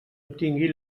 obtingui